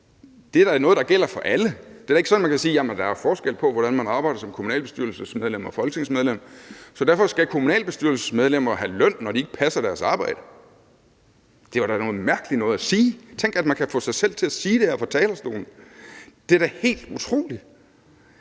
Det er da noget, der gælder for alle. Det er da ikke sådan, at man kan sige, at der er forskel på, hvordan man arbejder som kommunalbestyrelsesmedlem og folketingsmedlem, så derfor skal kommunalbestyrelsesmedlemmer have løn, når de ikke passer deres arbejde. Det var da noget mærkeligt noget at sige. Tænk, at man kan få sig selv til at sige det her fra talerstolen. Det er da helt utroligt.